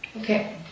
Okay